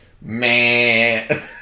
Man